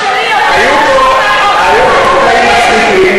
קטעים מצחיקים,